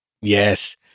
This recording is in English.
Yes